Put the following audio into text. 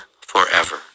forever